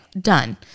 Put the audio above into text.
Done